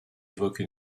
évoque